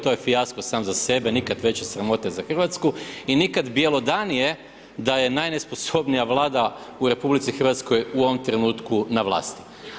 To je fijasko sam za sebe, nikad veće sramote za Hrvatsku i nikad bjelodanije da je najnesposobnija vlada u RH u ovom trenutku na vlasti.